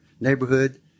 neighborhood